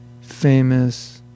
famous